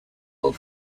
built